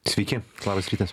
sveiki labas rytas